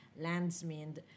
Landsmind